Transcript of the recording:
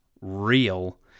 real